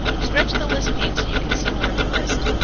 stretch the list pane so you can see more of the list.